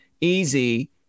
easy